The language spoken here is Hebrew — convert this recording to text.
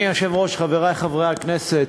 אדוני היושב-ראש, חברי חברי הכנסת,